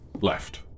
Left